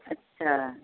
अच्छा